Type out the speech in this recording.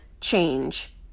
change